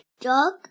dog